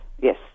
Yes